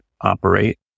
operate